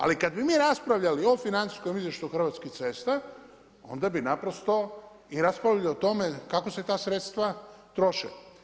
Ali kada bi mi raspravljali o financijskom izvještaju Hrvatskih cesta, onda bi naprosto i raspravljali o tome kako se ta sredstva troše.